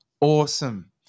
Awesome